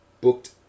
booked